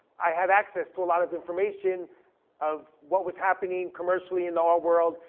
i have access to a lot of information of what was happening commercially in the art world,